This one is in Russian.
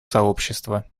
сообщества